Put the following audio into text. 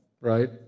right